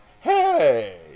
hey